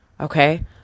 Okay